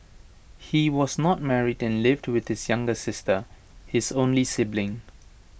he was not married and lived with his younger sister his only sibling